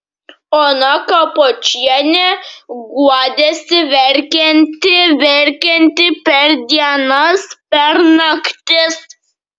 ona kapočienė guodėsi verkianti verkianti per dienas per naktis